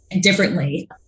differently